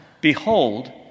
behold